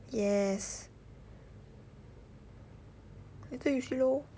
yes later you see lor